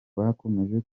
bakomeje